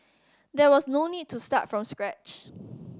there was no need to start from scratch